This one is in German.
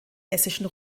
hessischen